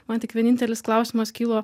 man tik vienintelis klausimas kilo